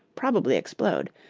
probably explode,